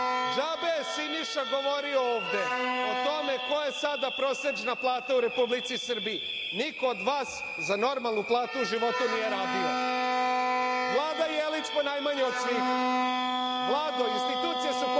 je Siniša govorio ovde o tome kolika je sada prosečna plata u Republici Srbiji. Niko od vas za normalnu platu u životu nije radio. Vlada Jelić ponajmanje od svih. Vlado, institucije su konačno